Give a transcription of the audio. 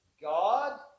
God